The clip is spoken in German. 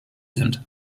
sind